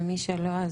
ומי שלא,